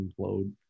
implode